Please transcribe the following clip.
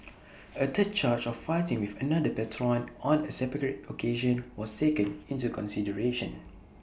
A third charge of fighting with another patron on A separate occasion was taken into consideration